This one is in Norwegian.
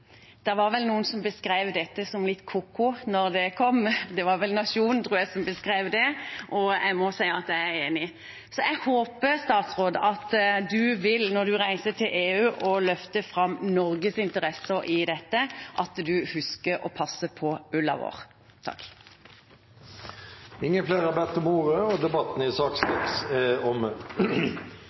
Det var noen som beskrev dette som litt ko-ko da det kom – det var vel Nationen, tror jeg – og jeg må si jeg er enig. Jeg håper at statsråden, når han reiser til EU og løfter fram Norges interesser i dette, husker å passe på ulla vår. Flere har ikke bedt om ordet til sak nr. 6. Etter ønske fra energi- og miljøkomiteen vil presidenten ordne debatten